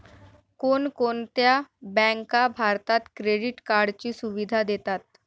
कोणकोणत्या बँका भारतात क्रेडिट कार्डची सुविधा देतात?